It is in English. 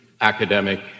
academic